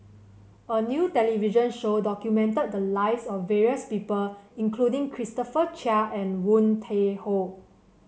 a new television show documented the lives of various people including Christopher Chia and Woon Tai Ho